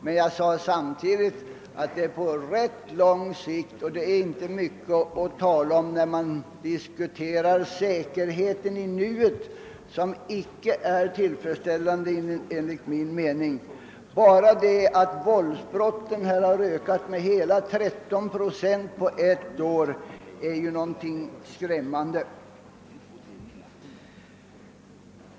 Men jag betonade att det är på lång sikt, och det är inte mycket att tala om när man diskuterar säkerheten i nuet, som enligt min mening icke är tillfredsställande. Bara det att våldsbrotten ökat med hela 13 procent på ett år är ju någonting skrämmande.